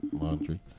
laundry